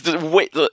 wait